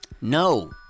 no